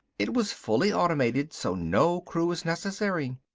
it was fully automated so no crew is necessary.